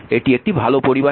এটি একটি ভাল পরিবাহী